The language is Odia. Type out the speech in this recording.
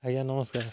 ଆଜ୍ଞା ନମସ୍କାର